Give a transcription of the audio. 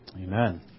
Amen